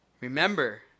remember